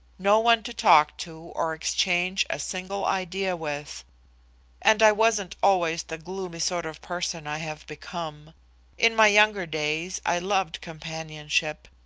no one to talk to or exchange a single idea with and i wasn't always the gloomy sort of person i have become in my younger days i loved companionship.